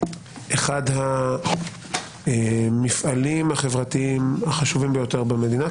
אחד המפעלים החברתיים החשובים ביותר במדינה,